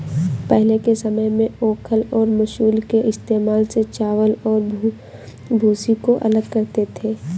पहले के समय में ओखल और मूसल के इस्तेमाल से चावल और भूसी को अलग करते थे